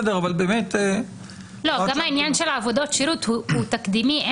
גם העניין של עבודות שירות הוא תקדימי.